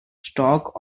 stalk